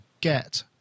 get